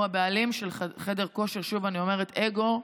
הוא היה הבעלים של חדר כושר, שוב אני אומרת, אגו,